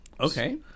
Okay